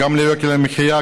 גם על יוקר המחיה,